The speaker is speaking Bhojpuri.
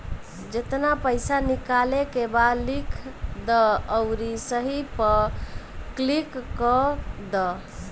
जेतना पइसा निकाले के बा लिख दअ अउरी सही पअ क्लिक कअ दअ